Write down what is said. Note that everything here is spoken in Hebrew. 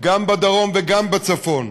גם בדרום וגם בצפון.